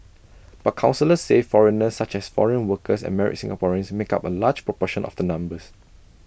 but counsellors say foreigners such as foreign workers and married Singaporeans make up A large proportion of the numbers